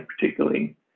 particularly